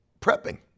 prepping